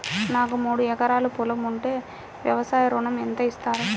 నాకు మూడు ఎకరాలు పొలం ఉంటే వ్యవసాయ ఋణం ఎంత ఇస్తారు?